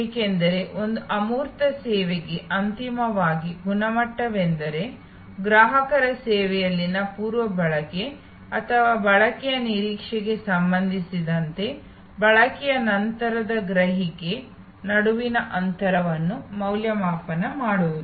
ಏಕೆಂದರೆ ಒಂದು ಅಮೂರ್ತ ಸೇವೆಗೆ ಅಂತಿಮವಾಗಿ ಗುಣಮಟ್ಟವೆಂದರೆ ಗ್ರಾಹಕರ ಸೇವೆಯಲ್ಲಿನ ಪೂರ್ವ ಬಳಕೆ ಅಥವಾ ಬಳಕೆಯ ನಿರೀಕ್ಷೆಗೆ ಸಂಬಂಧಿಸಿದಂತೆ ಬಳಕೆಯ ನಂತರದ ಗ್ರಹಿಕೆ ನಡುವಿನ ಅಂತರವನ್ನು ಮೌಲ್ಯಮಾಪನ ಮಾಡುವುದು